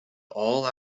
all